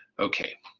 okay.